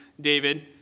David